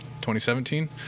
2017